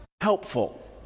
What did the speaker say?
helpful